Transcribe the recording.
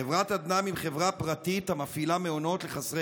חברת א.ד.נ.מ היא חברה פרטית המפעילה מעונות לחסרי